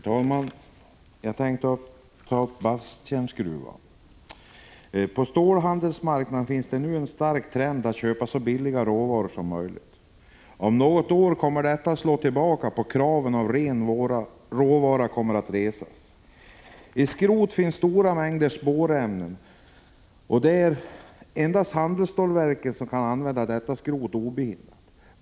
Herr talman! Jag tänkte ta upp frågan om Basttjärnsgruvan. På stålhandelsmarknaden finns det nu en stark trend att köpa så billiga råvaror som möjligt. Om några år kommer detta att slå tillbaka, och krav på ren råvara kommer att resas. I skrotet finns det ofta stora mängder av spårämnen, och det är endast handelsstålsverken som utan vidare kan använda detta skrot.